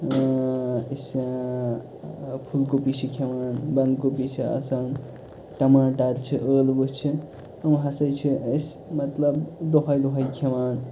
اۭں أسۍ اۭں فولگوٗپی چھِ کھیٚوان بَنٛدگوٗپی چھِ آسان ٹماٹر چھِ ٲلوٕ چھِ یِم ہسا چھِ أسۍ مطلب دُہَے دُہَے کھیٚوان